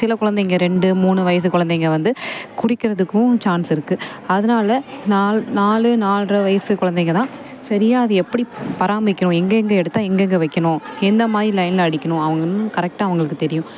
சிலக் கொழந்தைங்க ரெண்டு மூணு வயது கொழந்தைங்க வந்து குடிக்கிறதுக்கும் சான்ஸ் இருக்குது அதனால நாலு நாலு நாலரை வயது கொழந்தைங்கதான் சரியாக அதை எப்படி பராமரிக்கிறோம் எங்கே எங்கே எடுத்தால் எங்கே எங்கே வைக்கணும் எந்தமாதிரி லயனில் அடிக்கணும் அவங்க இன்னும் கரெக்டாக அவங்களுக்குத் தெரியும்